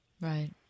Right